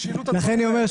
לכן אני אומר,